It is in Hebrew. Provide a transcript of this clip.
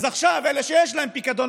אז עכשיו אלה שיש להם פיקדון,